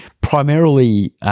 primarily –